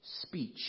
speech